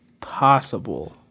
possible